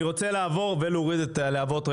אני רוצה להוריד את הלהבות,